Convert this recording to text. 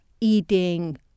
eating